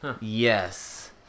Yes